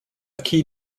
key